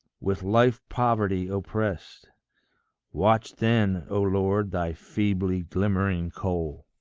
with life-poverty opprest watch then, o lord, thy feebly glimmering coal.